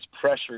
pressure